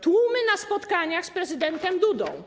Tłumy na spotkaniach z prezydentem Dudą.